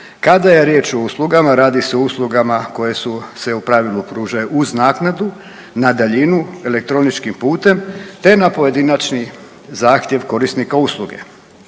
Kada je riječ o uslugama radi se o uslugama koje su se u pravilu pružaju uz naknadu na daljinu elektroničkim putem te na pojedinačni zahtjev korisnika usluge.